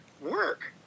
Work